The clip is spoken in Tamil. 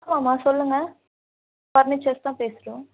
ஆமாம் சொல்லுங்க பர்னிச்சர்ஸ் தான் பேசுகிறோம்